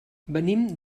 venim